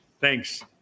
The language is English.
Thanks